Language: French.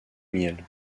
miel